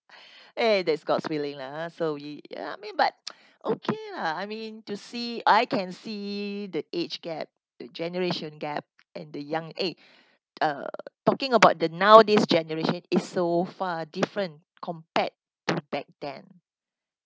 eh that's god's willing lah ah so we I mean but okay lah I mean to see I can see the age gap the generation gap and the young eh uh talking about the nowadays generation is so far different compared to back then